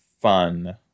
Fun